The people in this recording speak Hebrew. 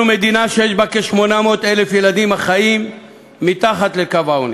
אנחנו מדינה שיש בה כ-800,000 ילדים החיים מתחת לקו העוני.